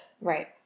Right